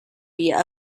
via